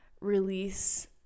release